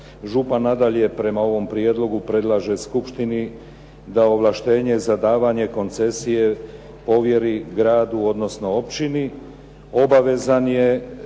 Župan nadalje prema ovom prijedlogu predlaže skupštini da ovlaštenje za davanje koncesije povjeri gradu, odnosno općini obavezan je